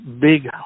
big